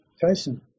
Tyson